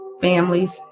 families